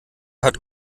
hat